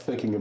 thinking